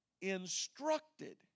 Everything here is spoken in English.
instructed